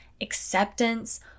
acceptance